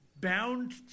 bound